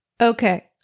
Okay